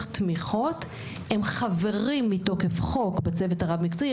תמיכות הם חברים מתוקף חוק בצוות המקצועי,